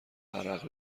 عرق